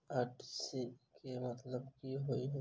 RTGS केँ मतलब की होइ हय?